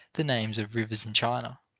the names of rivers in china.